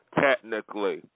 technically